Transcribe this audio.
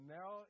now